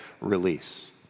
release